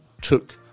took